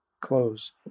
Close